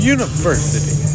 University